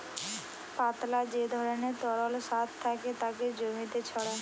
পাতলা যে ধরণের তরল সার থাকে তাকে জমিতে ছড়ায়